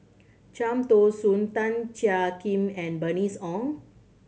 Cham Tao Soon Tan Jiak Kim and Bernice Ong